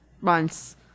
months